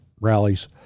rallies